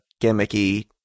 gimmicky